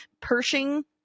Pershing